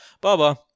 baba